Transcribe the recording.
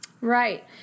right